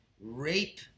rape